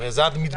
הרי זה מתבקש?